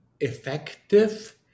effective